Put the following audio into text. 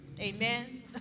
Amen